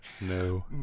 No